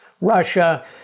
Russia